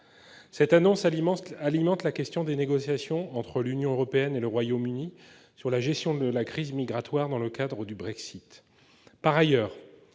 Cette annonce alimente la question des négociations entre l'Union européenne et le Royaume-Uni sur la gestion de la crise migratoire dans le cadre du Brexit.